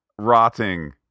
rotting